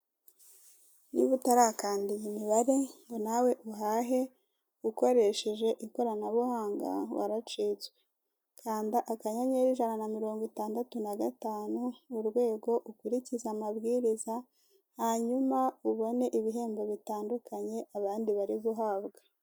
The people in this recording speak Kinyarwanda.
Niba utari wakanda iyi mibare ngo nawe uhahe ukoresheje ikoranabuhanga, waracitswe. Kanda *165# ukurikize amabwiriza hanyuma ubone ibihembo bitandukanye abandi bari guhabwa.